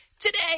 today